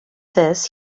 this